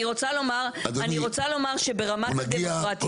אני רוצה לומר שברמת הדמוקרטיה --- אנחנו נגיע,